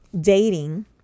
dating